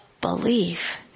belief